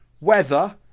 weather